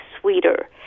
sweeter